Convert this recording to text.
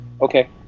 Okay